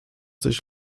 sich